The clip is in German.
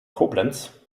koblenz